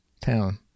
town